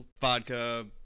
vodka